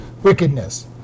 wickedness